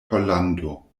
pollando